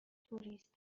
توریست